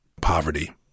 poverty